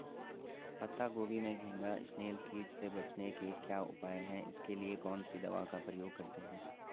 पत्ता गोभी में घैंघा इसनैल कीट से बचने के क्या उपाय हैं इसके लिए कौन सी दवा का प्रयोग करते हैं?